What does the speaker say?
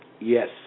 Yes